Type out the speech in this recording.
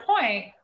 point